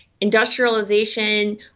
industrialization